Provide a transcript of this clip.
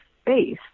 space